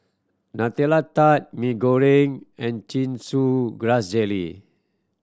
Nutella Tart Mee Goreng and Chin Chow Grass Jelly